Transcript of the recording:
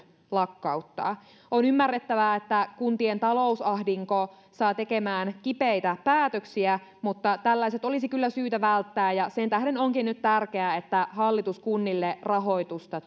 lakkauttaa on ymmärrettävää että kuntien talousahdinko saa tekemään kipeitä päätöksiä mutta tällaiset olisi kyllä syytä välttää sen tähden onkin nyt tärkeää että hallitus tuo kunnille rahoitusta